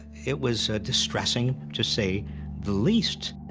it was distressing, to say the least.